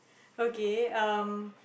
okay um